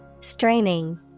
Straining